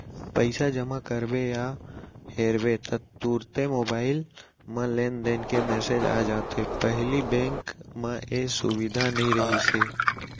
पइसा जमा करबे या हेरबे ता तुरते मोबईल म लेनदेन के मेसेज आ जाथे पहिली बेंक म ए सुबिधा नई रहिस हे